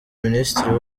minisitiri